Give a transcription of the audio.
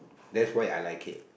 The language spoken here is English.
that's why I like it